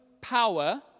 power